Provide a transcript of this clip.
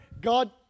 God